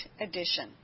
edition